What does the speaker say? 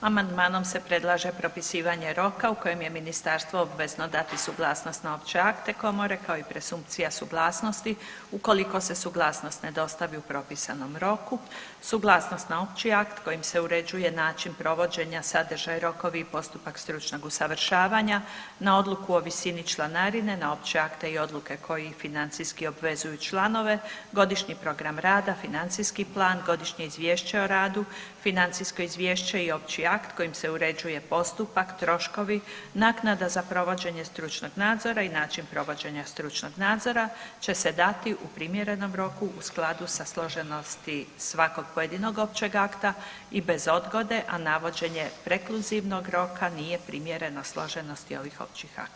Amandmanom se predlaže propisivanje roka u kojem je Ministarstvo obvezno dati suglasnost na opće akte Komore, kao i presumpcija suglasnosti, ukoliko se suglasnost ne dostavi u propisanom roku, suglasnost na opći akt kojim se uređuje način provođenja, sadržaj, rokovi i postupak stručnog usavršavanja, na odluku o visini članarine, na opće akte i odluke koji ih financijski obvezuju članove, godišnji program rada, financijski plan, godišnje izvješće o radu, financijsko izvješće i opći akt kojim se uređuje postupak, troškovi, naknada za provođenje stručnog nadzora i način provođenja stručnog nadzora će se dati u primjerenom roku u skladu sa složenosti svakog pojedinog općeg akta i bez odgode, a navođenje prekluzivnog roka nije primjereno složenosti ovih općih akata.